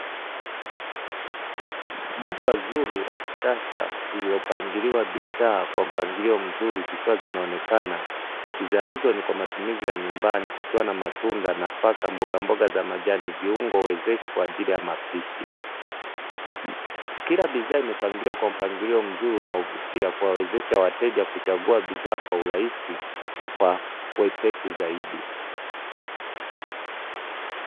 Duka zuri la kisasa lililopangiliwa bidhaa kwa mpangilio mzuri zikiwa zinaonekana. Bidhaa hizo ni kwa matumizi ya nyumbani, kukiwa na matunda, nafaka, mbogamboga za majani, viungo wezeshi kwaajili ya mapishi. Kila bidhaa imepangiliwa kwa mpangilio mzuri wa kuwawezesha wateja kuchagua bidhaa kwa urahisi na kwa wepesi zaidi.